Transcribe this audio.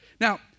Now